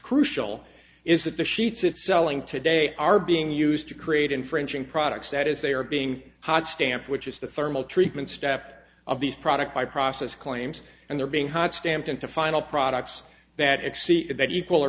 crucial is that the sheets it selling today are being used to create infringing products that is they are being hard stamped which is the thermal treatment step of these products by process claims and they're being hot stamped into final products that e